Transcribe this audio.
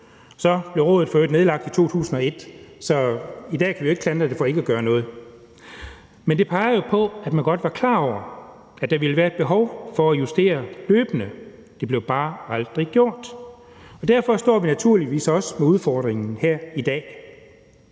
Så blev rådet for øvrigt nedlagt i 2001, så i dag kan vi jo ikke klandre det for ikke at gøre noget. Men det peger jo på, at man godt var klar over, at der ville være et behov for at justere løbende. Det blev bare aldrig gjort. Derfor står vi naturligvis også med udfordringen her i dag.